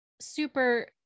super